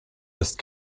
ist